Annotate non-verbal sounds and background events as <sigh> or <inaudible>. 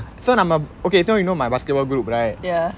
so நம்ம:namma okay so you know my basketball group right <laughs>